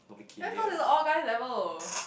maybe cause it's all guys level